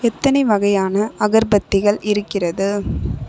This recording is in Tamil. எத்தனை வகையான அகர்பத்திகள் இருக்கிறது